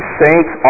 saints